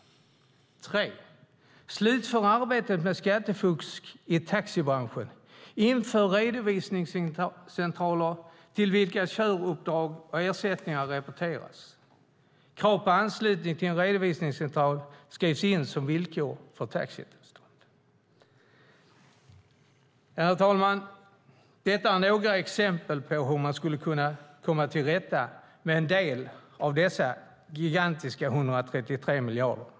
För det tredje: Slutför arbetet mot skattefusk i taxibranschen. Inför redovisningscentraler till vilka köruppdrag och ersättningar rapporteras. Krav på anslutning till en redovisningscentral skrivs in som villkor för taxitillstånd. Det är några exempel på hur man skulle kunna komma till rätta med en del av den gigantiska summan på 133 miljarder.